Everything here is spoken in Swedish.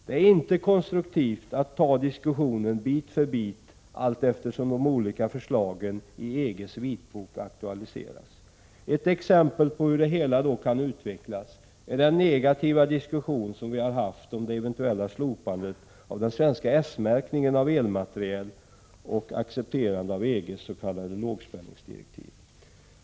Det är inte konstruktivt att ta diskussionen bit för bit allteftersom de olika förslagen i EG:s vitbok aktualiseras. Ett exempel på hur det hela då kan utvecklas är den negativa diskussion som vi har haft om det eventuella slopandet av den svenska S-märkningen av elmateriel och accepterandet av EG:s s.k. lågspänningsdirektiv.